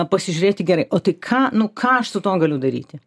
pasižiūrėti gerai o tai ką nu ką aš su tuo galiu daryti